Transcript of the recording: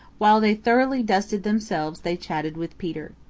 while they thoroughly dusted themselves they chatted with peter.